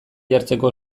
jartzeko